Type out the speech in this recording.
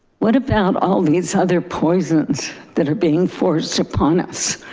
what about all these other poisons that are being forced upon us